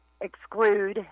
exclude